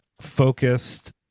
focused